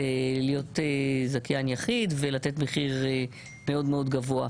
להיות זכיין יחיד ולתת מחיר מאוד מאוד גבוה?